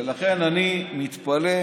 ולכן אני מתפלא,